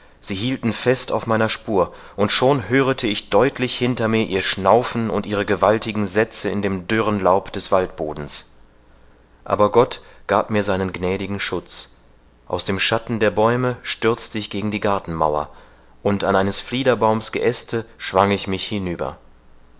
sie hielten fest auf meiner spur und schon hörete ich deutlich hinter mir ihr schnaufen und ihre gewaltigen sätze in dem dürren laub des waldbodens aber gott gab mir seinen gnädigen schutz aus dem schatten der bäume stürzte ich gegen die gartenmauer und an eines fliederbaums geäste schwang ich mich hinüber